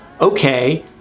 okay